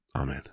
Amen